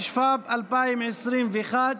התשפ"ב 2021,